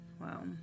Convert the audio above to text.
Wow